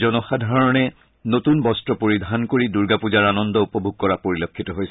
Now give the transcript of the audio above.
জনসাধাৰণে নতুন বস্ত্ৰ পৰিধান কৰি দূৰ্গা পুজাৰ আনন্দ উপভোগ কৰা পৰিলক্ষিত হৈছে